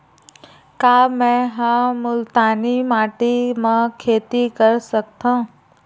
का मै ह मुल्तानी माटी म खेती कर सकथव?